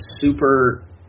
super